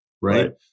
Right